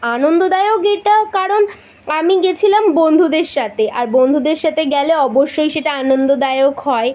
আনন্দদায়ক এটা কারণ আমি গিয়েছিলাম বন্ধুদের সাথে আর বন্ধুদের সাথে গেলে অবশ্যই সেটা আনন্দদায়ক হয়